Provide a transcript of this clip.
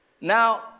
Now